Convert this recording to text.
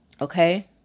Okay